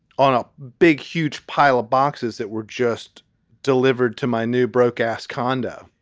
on a big, huge pile of boxes that were just delivered to my new broke ass condo.